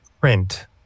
print